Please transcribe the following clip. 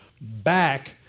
back